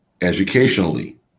educationally